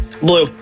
Blue